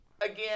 again